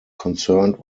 concerned